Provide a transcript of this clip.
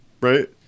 right